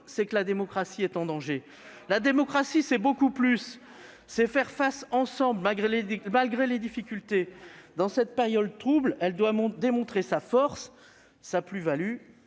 c'est que la démocratie est en danger ! La démocratie, c'est beaucoup plus. C'est faire face ensemble, malgré les difficultés. Dans cette période trouble, la démocratie doit démontrer sa force, sa plus-value,